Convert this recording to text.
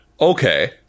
Okay